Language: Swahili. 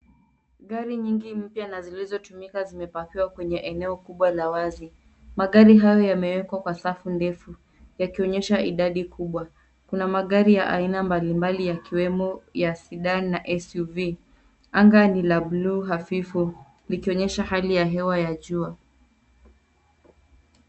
Gari nyingi mpya na zilizotumika zimepakiwa kwenye eneo kubwa la wazi magari hayo yamewekwa kwa safu ndefu yakionyesha idadi kubwa. Kuna magari ya aina mbali mbali yakiwemo ya Sedan na SUV anga ni la bluu hafifu likionyesha hali ya hewa ya jua.